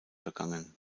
begangen